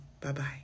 Bye-bye